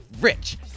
Rich